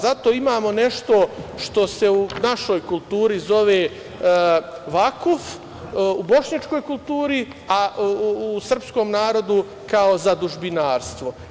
Zato imamo nešto što se u našoj kulturi zove – vakuf, u bošnjačkoj kulturi, a u srpskom narodu kao zadužbinarstvo.